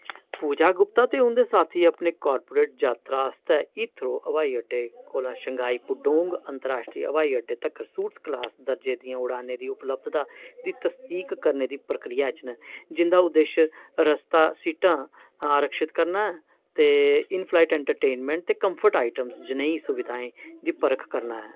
पूजा गुप्ता ते उं'दे साथी अपनी कार्पोरेट जातरा आस्तै हीथ्रो ब्हाई अड्डे कोला शंघाई पुडोंग अंतर राश्ट्री ब्हाई अड्डे तक्कर सूट्स क्लास दर्जे दियें उड़ानें दी उपलब्धता दी तसदीक करने दी प्रक्रिया च न जिं'दा उद्देश रस्ता सीटां आरक्षित करना ते इन फ्लाइट एंटरटेनमेंट ते कम्फर्ट आइटम्स जनेही सुविधाएं दी परख करना ऐ